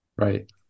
right